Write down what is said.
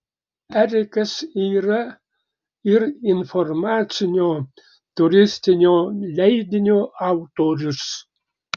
erikas yra ir informacinio turistinio leidinio autorius